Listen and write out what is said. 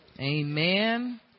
Amen